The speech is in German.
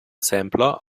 sampler